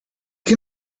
can